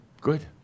Good